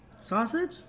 Sausage